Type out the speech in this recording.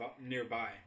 nearby